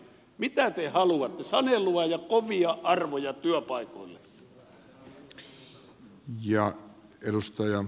mitä te haluatte sanelua ja kovia arvoja työpaikoille